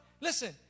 listen